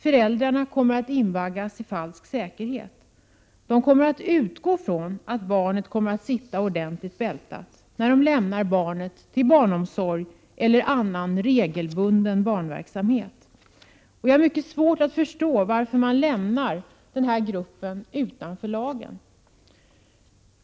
Föräldrarna kommer att invaggas i falsk säkerhet. De kommer att utgå från att barnet kommer att sitta ordentligt bältat, när de lämnar barnet till barnomsorg eller annan regelbunden verksamhet för barn. Jag har mycket svårt att förstå varför man lämnar den här gruppen utanför lagen.